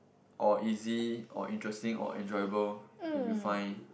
or easy or interesting or enjoyable that you find